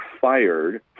fired